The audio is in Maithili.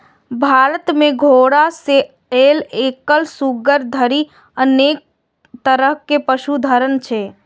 भारत मे घोड़ा सं लए कए सुअर धरि अनेक तरहक पशुधन छै